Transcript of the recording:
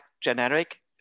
generic